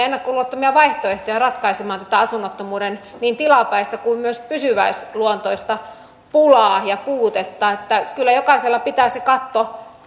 ennakkoluulottomia vaihtoehtoja ratkaisemaan tätä asuntojen niin tilapäistä kuin myös pysyväisluonteista pulaa ja puutetta kyllä jokaisella pitää se katto